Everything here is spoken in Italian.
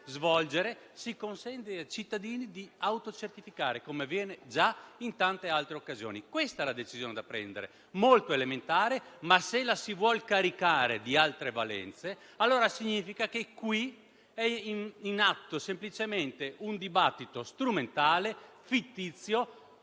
svolgere, si consenta ai cittadini di autocertificare, come avviene già in tante altre occasioni. Questa è la decisione da prendere, molto elementare. Se la si vuole caricare di altre valenze, allora significa che qui è in atto un dibattito strumentale, fittizio,